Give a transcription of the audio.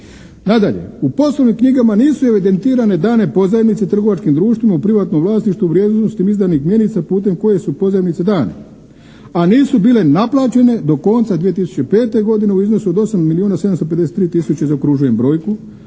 Nadalje, u poslovnim knjigama nisu evidentirane dane pozajmice trgovačkim društvima u privatnom vlasništvu u vrijednosti izdanih mjenica putem koje su pozajmice dane, a nisu bile naplaćene do konca 2005. godine u iznosu od 8 milijuna 753 tisuće zaokružujem brojku,